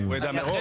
הוא ידע מראש.